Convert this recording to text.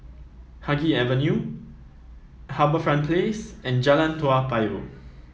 Haig Avenue HarbourFront Place and Jalan Toa Payoh